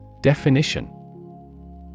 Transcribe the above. Definition